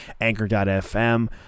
Anchor.fm